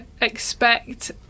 expect